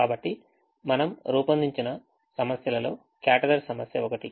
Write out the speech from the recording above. కాబట్టి మనము రూపొందించిన సమస్యలలో క్యాటరర్ సమస్య ఒకటి